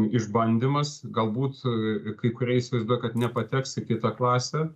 išbandymas galbūt kai kurie įsivaizduoja kad nepateks į kitą klasę